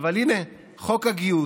אבל הינה, חוק הגיוס,